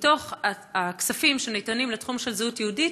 ומתוך הכספים שניתנים לתחום של זהות יהודית,